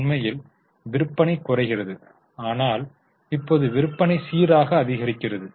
உண்மையில் விற்பனை குறைகிறது ஆனால் இப்போது விற்பனை சீராக அதிகரிக்கிறது